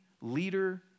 leader